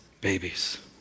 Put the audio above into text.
babies